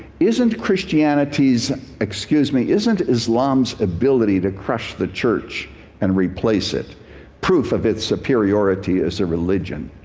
isn't christianities excuse me isn't islam's ability to crush the church and replace it proof of its superiority as a religion?